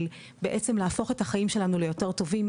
של בעצם להפוך את החיים שלנו ליותר טובים,